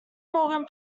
morgan